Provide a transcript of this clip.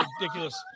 ridiculous